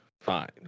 Fine